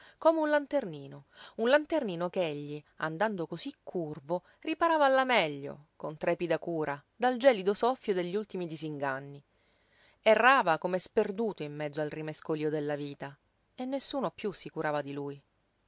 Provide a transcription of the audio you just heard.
come un lanternino un lanternino ch'egli andando cosí curvo riparava alla meglio con trepida cura dal gelido soffio degli ultimi disinganni errava come sperduto in mezzo al rimescolío della vita e nessuno piú si curava di lui